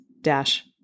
dash